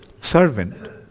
servant